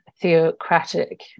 theocratic